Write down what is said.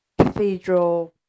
cathedral